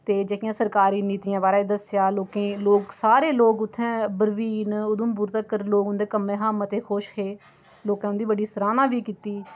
ते जेह्कियां सरकारी नीतियां बारै दस्सेआ लोकें लोक सारे लोक उत्थै बरमीन उधमपुर तक्कर लोक उं'दे कम्मै शा मते खुश हे लोकें उं'दी बड़ी सराह्ना बी कीती